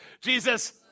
Jesus